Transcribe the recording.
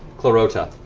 clarota.